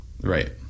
Right